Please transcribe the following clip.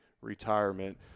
retirement